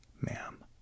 ma'am